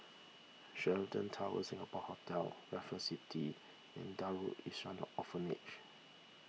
Sheraton Towers Singapore Hotel Raffles City and Darul Ihsan Orphanage